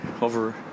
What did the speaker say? over